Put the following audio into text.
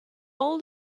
all